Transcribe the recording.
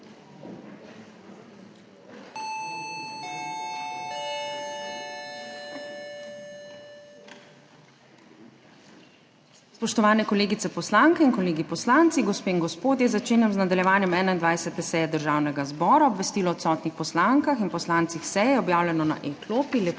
Spoštovani kolegice poslanke in kolegi poslanci, gospe in gospodje! Začenjam z nadaljevanjem 21. seje Državnega zbora. Obvestilo o odsotnih poslankah in poslancih s seje je objavljeno na e-klopi.